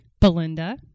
Belinda